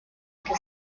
que